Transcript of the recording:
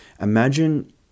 imagine